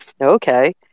okay